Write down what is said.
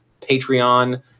Patreon